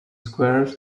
squares